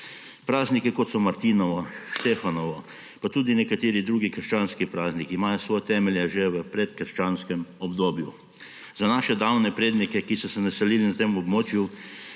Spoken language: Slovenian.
Prazniki, kot so martinovo, štefanovo, pa tudi nekateri drugi krščanski prazniki, imajo svoje temelje že v predkrščanskem obdobju. Za naše davne prednike, ki so se naselili na tem območju,